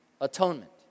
atonement